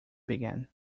began